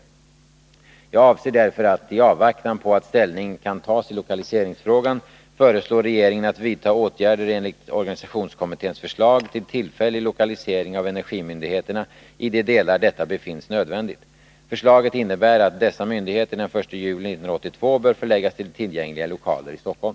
Jag avser Om lokaliseringen därför att, i avvaktan på att ställning kan tas i lokaliseringsfrågan, föreslå av det nya ener regeringen att vidta åtgärder enligt organisationskommitténs förslag till giverket nödvändigt. Förslaget innebär att dessa myndigheter den 1 juli 1982 bör förläggas till tillgängliga lokaler i Stockholm.